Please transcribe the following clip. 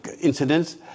incidents